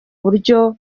buryo